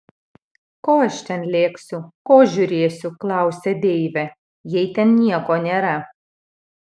ko aš ten lėksiu ko žiūrėsiu klausia deivė jei ten nieko nėra